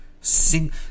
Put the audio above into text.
sing